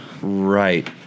Right